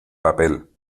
papel